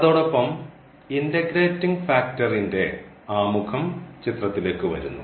അതോടൊപ്പം ഇന്റഗ്രേറ്റിംഗ് ഫാക്ടറിന്റെ ആമുഖം ചിത്രത്തിലേക്ക് വരുന്നു